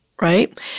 Right